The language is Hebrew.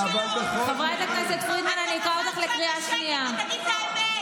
אבל בכל מקרה, תגיד את האמת.